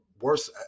worse